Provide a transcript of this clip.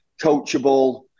coachable